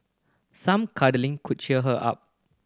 some cuddling could cheer her up